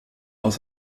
dans